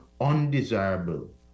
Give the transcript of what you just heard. undesirable